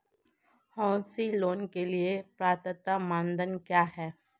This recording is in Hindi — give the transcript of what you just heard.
हाउसिंग लोंन के लिए पात्रता मानदंड क्या हैं?